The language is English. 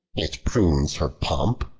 it prunes her pomp,